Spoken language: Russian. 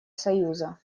союза